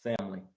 family